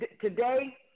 today